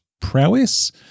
prowess